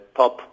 top